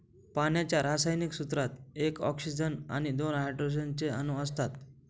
पाण्याच्या रासायनिक सूत्रात एक ऑक्सीजन आणि दोन हायड्रोजन चे अणु असतात